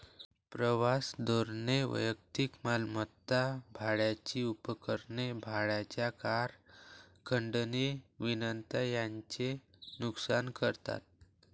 प्रवास धोरणे वैयक्तिक मालमत्ता, भाड्याची उपकरणे, भाड्याच्या कार, खंडणी विनंत्या यांचे नुकसान करतात